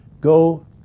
Go